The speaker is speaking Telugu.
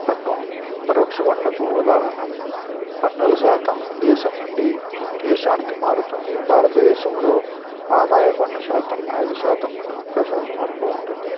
పన్ను పరోక్ష పన్నులకు ఉదాహరణలు పన్నుల శాతం దేశం నుండి దేశానికి మారుతుంది భారత దేశంలో ఆదాయ పన్ను శాతం ఐదు శాతం నుండి ముప్పై శాతం వరకు ఉంటుంది